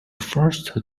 first